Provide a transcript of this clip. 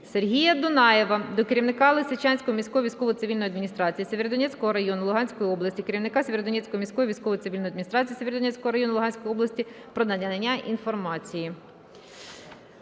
Сергія Дунаєва до керівника Лисичанської міської військово-цивільної адміністрації Сєвєродонецького району Луганської області, керівника Сєвєродонецької міської військово-цивільної адміністрації Сєвєродонецького району Луганської області про надання інформації.